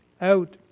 out